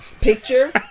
picture